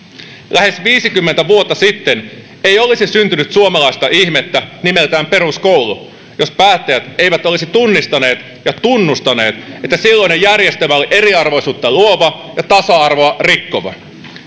lähes viisikymmentä vuotta sitten ei olisi syntynyt suomalaista ihmettä nimeltä peruskoulu jos päättäjät eivät olisi tunnistaneet ja tunnustaneet että silloinen järjestelmä oli eriarvoisuutta luova ja tasa arvoa rikkova